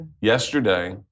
yesterday